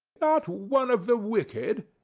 not one of the wicked!